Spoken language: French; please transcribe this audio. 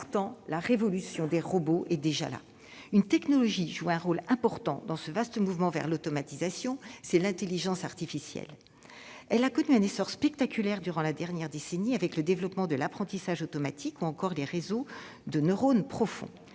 la révolution des robots est déjà là. Une technologie joue un rôle important dans ce vaste mouvement vers l'automatisation : l'intelligence artificielle, l'IA. Elle a connu un essor spectaculaire durant la dernière décennie, avec le développement de l'apprentissage automatique ou les réseaux de neurones profonds.